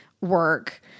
work